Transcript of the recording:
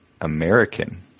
American